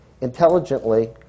intelligently